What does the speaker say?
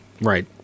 Right